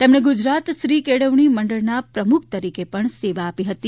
તેમણે ગુજરાત સ્ત્રી કેળવણી મંડળના પ્રમુખ તરીકે પણ સેવા આપી હતી